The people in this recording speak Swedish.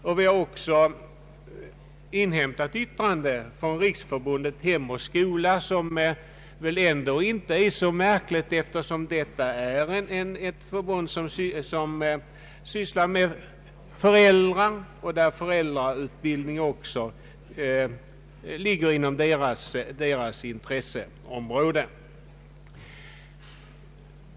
Utskottet har också inhämtat yttrande från Riksförbundet Hem och skola, som sysslar med föräldrafrågor — även frågan om föräldrautbildning ligger ju inom förbundets intresseområde.